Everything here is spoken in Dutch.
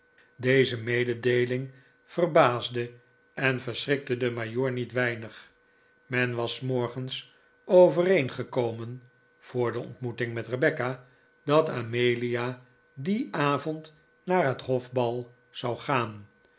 deze mededeeling verbaasde en verschrikte den majoor niet weinig men was s morgens overeengekomen voor de ontmoeting met rebecca dat amelia dien avond naar het hof bal zou gaan